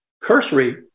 cursory